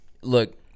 look –